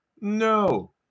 no